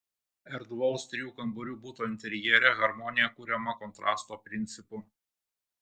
erdvaus trijų kambarių buto interjere harmonija kuriama kontrasto principu